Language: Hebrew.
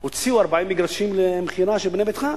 הוציאו 40 מגרשים למכירה של "בנה ביתך".